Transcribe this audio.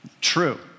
True